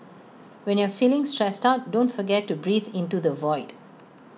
when you are feeling stressed out don't forget to breathe into the void